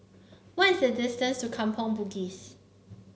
what is the distance to Kampong Bugis